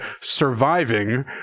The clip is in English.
surviving